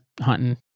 hunting